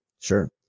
Sure